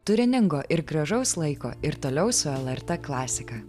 turiningo ir gražaus laiko ir toliau su lrt klasika